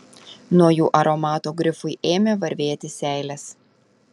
nuo jų aromato grifui ėmė varvėti seilės